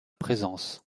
présence